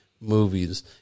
movies